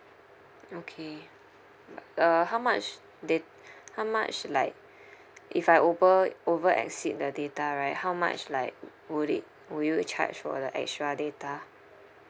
okay but uh how much da~ how much like if I over over exceed the data right how much like would it will you charge for the extra data